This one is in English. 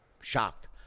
Shocked